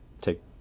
take